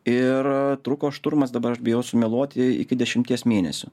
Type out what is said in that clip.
ir truko šturmas dabar aš bijau sumeluoti iki dešimties mėnesių